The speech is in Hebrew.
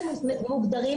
זה שמוגדרים